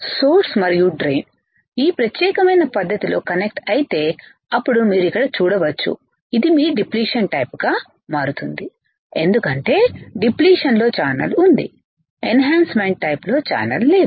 source మరియు drain ఈ ప్రత్యేకమైన పద్ధతిలో కనెక్టె అయితే అప్పుడు మీరు ఇక్కడ చూడవచ్చు అది మీ డిప్లిషన్ టైప్ గా మారుతుంది ఎందుకంటే డిప్లిషన్ లో ఛానల్ ఉంది ఎన్ హాన్సమెంట్ టైపు లో ఛానల్ లేదు